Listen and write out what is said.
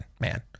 man